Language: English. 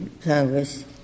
Congress